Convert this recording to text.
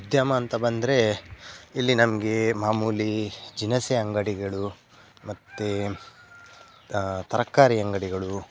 ಉದ್ಯಮ ಅಂತ ಬಂದರೆ ಇಲ್ಲಿ ನಮಗೆ ಮಾಮೂಲಿ ದಿನಸಿ ಅಂಗಡಿಗಳು ಮತ್ತೆ ತರಕಾರಿ ಅಂಗಡಿಗಳು